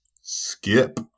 skip